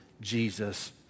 Jesus